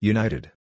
United